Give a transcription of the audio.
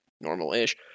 normal-ish